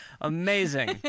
Amazing